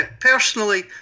personally